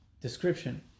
Description